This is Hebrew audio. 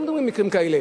לא מדברים על מקרים כאלו.